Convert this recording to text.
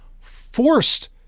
forced